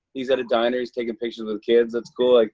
he's at a diner, he's taking pictures with kids, that's cool, like